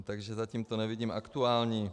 Takže zatím to nevidím aktuální.